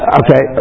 okay